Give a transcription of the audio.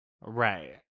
Right